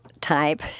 type